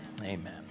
amen